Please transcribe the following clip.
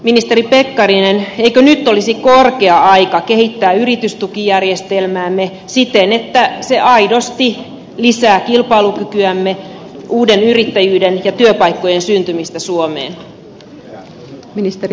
ministeri pekkarinen eikö nyt olisi korkea aika kehittää yritystukijärjestelmäämme siten että se aidosti lisää kilpailukykyämme uuden yrittäjyyden ja työpaikkojen syntymistä suomeen